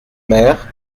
mère